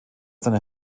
seiner